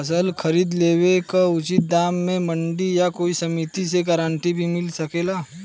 फसल खरीद लेवे क उचित दाम में मंडी या कोई समिति से गारंटी भी मिल सकेला?